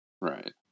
Right